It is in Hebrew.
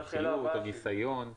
מומחיות או ניסיון.